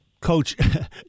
Coach